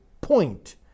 point